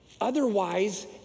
Otherwise